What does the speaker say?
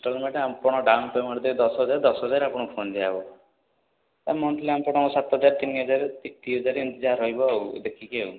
instalment ଆପଣ down payment ଦେବେ ଦଶ ହଜାର ଦଶ ହଜାରରେ ଆପଣଙ୍କୁ ଫୋନ୍ ଦିଆହେବ ଆଉ ମନ୍ଥଲି ଆପଣ ସାତ ହଜାର ତିନି ହଜାର ଦୁଇ ହଜାର ଏମିତି ଯାହା ରହିବ ଆଉ ଦେଖିକି ଆଉ